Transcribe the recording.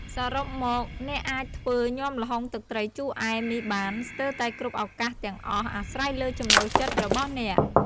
សរុបមក អ្នកអាចធ្វើញាំល្ហុងទឹកត្រីជូរអែមនេះបានស្ទើរតែគ្រប់ឱកាសទាំងអស់ អាស្រ័យលើចំណូលចិត្តរបស់អ្នក។